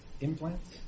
implants